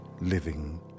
living